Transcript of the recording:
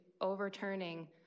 overturning